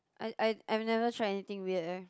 I I I've never try anything weird eh